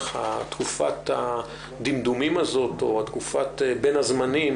לתקופת הדמדומים הזאת או בין הזמנים,